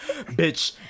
Bitch